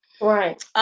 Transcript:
Right